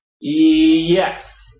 yes